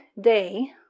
day